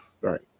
Right